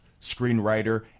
screenwriter